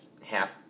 half